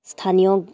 স্থানীয়